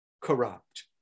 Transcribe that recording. corrupt